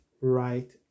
right